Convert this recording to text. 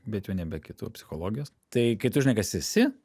bet jau nebe kitų o psichologijos tai kai tu žinai kas esi